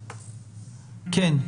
יעבוד.